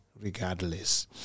regardless